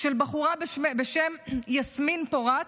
של בחורה בשם יסמין פורת,